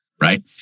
right